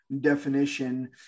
definition